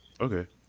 Okay